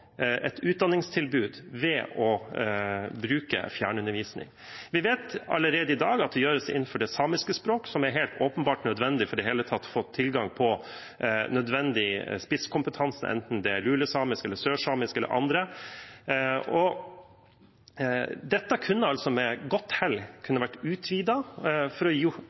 et utdanningstilbud ved å bruke fjernundervisning. Vi vet allerede i dag at det gjøres innenfor det samiske språk, som er åpenbart nødvendig for i det hele tatt å få tilgang på nødvendige spisskompetanse, enten det er lulesamisk eller sørsamisk eller andre. Dette kunne med godt hell vært utvidet for å